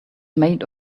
made